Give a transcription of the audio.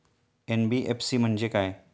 NBFC म्हणजे काय?